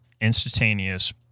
instantaneous